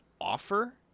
offer